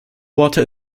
water